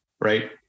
right